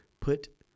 Put